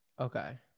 Okay